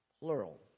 plural